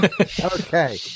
okay